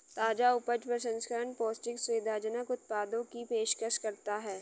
ताजा उपज प्रसंस्करण पौष्टिक, सुविधाजनक उत्पादों की पेशकश करता है